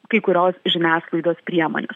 kai kurios žiniasklaidos priemonės